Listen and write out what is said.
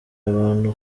abantu